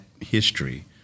history